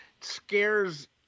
scares